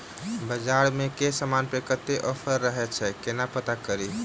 बजार मे केँ समान पर कत्ते ऑफर रहय छै केना पत्ता कड़ी?